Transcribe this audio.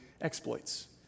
exploits